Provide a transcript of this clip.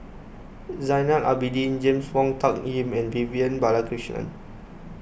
Zainal Abidin James Wong Tuck Yim and Vivian Balakrishnan